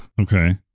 Okay